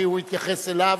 כי הוא התייחס אליו.